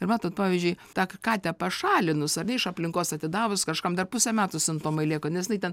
ir matot pavyzdžiui tą katę pašalinus ar ne iš aplinkos atidavus kažkam dar pusę metų simptomai lieka nes jinai ten